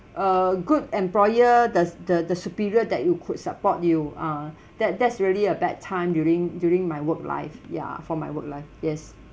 a good employer does the the superior that you could support you ah that that's really a bad time during during my work life ya for my work life yes